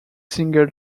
single